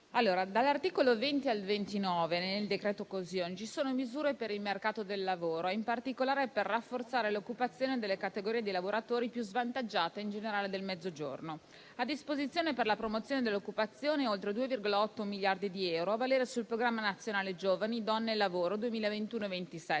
dall'articolo 20 al 29, nel decreto coesione, ci sono misure per il mercato del lavoro, in particolare per rafforzare l'occupazione delle categorie dei lavoratori più svantaggiate in generale del Mezzogiorno. A disposizione per la promozione dell'occupazione ci sono oltre 2,8 miliardi di euro, a valere sul Programma nazionale giovani, donne e lavoro 2021-27